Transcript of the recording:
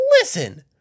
Listen